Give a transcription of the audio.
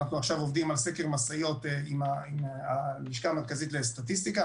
אנחנו עכשיו עובדים על סקר משאיות עם הלשכה המרכזית לסטטיסטיקה.